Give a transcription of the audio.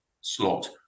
slot